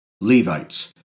Levites